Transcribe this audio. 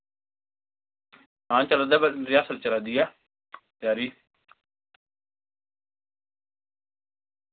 हां चला दा पर रिहर्सल चला दी ऐ त्यारी